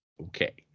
Okay